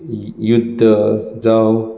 युद्ध जांव